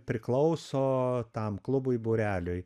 priklauso tam klubui būreliui